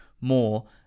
more